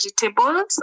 vegetables